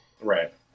Right